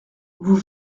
vous